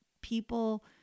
people